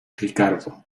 ricardo